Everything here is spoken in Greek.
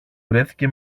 βρέθηκε